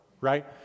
Right